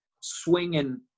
swinging